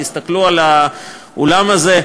תסתכלו על האולם הזה,